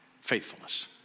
faithfulness